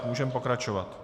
Můžeme pokračovat.